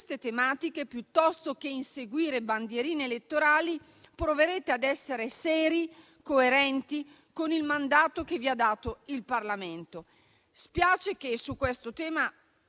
su queste tematiche, piuttosto che inseguire bandierine elettorali, proverete ad essere seri e coerenti con il mandato che vi ha dato il Parlamento.